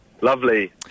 Lovely